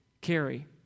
carry